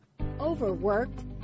Overworked